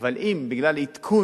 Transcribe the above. אבל אם זה בגלל עדכון,